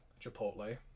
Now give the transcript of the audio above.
Chipotle